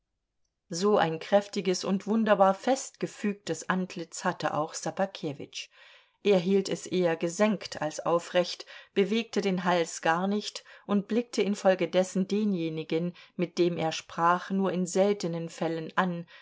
so ein kräftiges und wunderbar fest gefügtes antlitz hatte auch ssobakewitsch er hielt es eher gesenkt als aufrecht bewegte den hals gar nicht und blickte infolgedessen denjenigen mit dem er sprach nur in seltenen fällen an